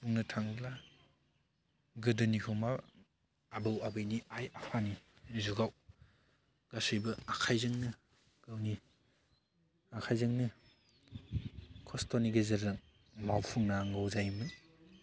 बुंनो थाङोब्ला गोदोनिखौ मा आबौ आबैनि आइ आफानि जुगाव गासैबो आखाइजोंनो गावनि आखाइजोंनो खस्थ'नि गेजेरजों मावफुंनांगौ जायोमोन